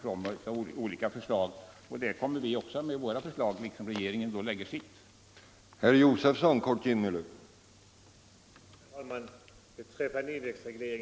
Då får vi också lägga fram våra förslag liksom regeringen lägger fram sina.